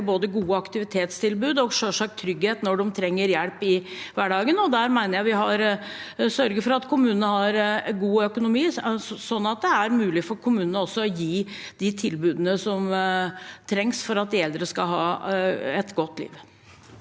både gode aktivitetstilbud og selvsagt trygghet når de trenger hjelp i hverdagen. Jeg mener vi har sørget for at kommunene har god økonomi, sånn at det er mulig for kommunene også å gi de tilbudene som trengs for at de eldre skal ha et godt liv.